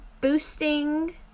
Boosting